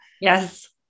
Yes